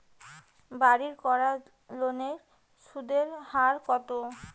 বাড়ির করার লোনের সুদের হার কত?